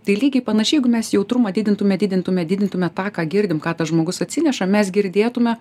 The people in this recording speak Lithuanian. tai lygiai panašiai jeigu mes jautrumą didintume didintume didintume tą ką girdim ką tas žmogus atsineša mes girdėtume